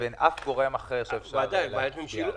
ואין אף גורם אחר שאפשר להצביע עליו.